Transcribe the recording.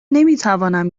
نمیتوانم